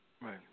Right